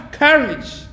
courage